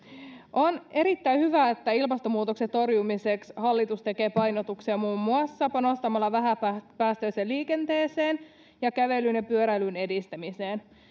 on erittäin hyvä että ilmastonmuutoksen torjumiseksi hallitus tekee painotuksia muun muassa panostamalla vähäpäästöiseen liikenteeseen ja kävelyn ja pyöräilyn edistämiseen